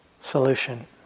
solution